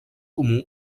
comú